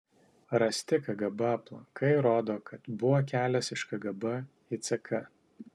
rasti kgb aplankai rodo kad buvo kelias iš kgb į ck